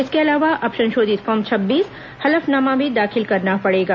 इसके अलावा अब संशोधित फॉर्म छब्बीस हलफनामा भी दाखिल करना पड़ेगा